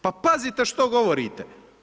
Pa pazite što govorite.